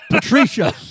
Patricia